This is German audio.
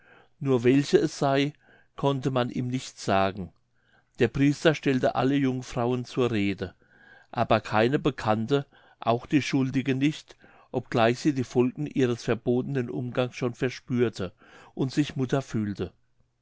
nur welche es sey konnte man ihm nicht sagen der priester stellte alle jungfrauen zur rede aber keine bekannte auch die schuldige nicht obgleich sie die folgen ihres verbotenen umgangs schon verspürte und sich mutter fühlte